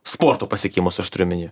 sporto pasiekimus aš turiu omeny